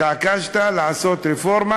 התעקשת לעשות רפורמה